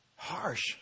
Harsh